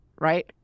right